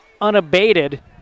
unabated